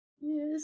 Yes